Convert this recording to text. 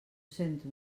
sento